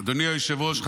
הוצאות הנפקה),